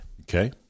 Okay